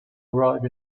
arrive